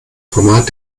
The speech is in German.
format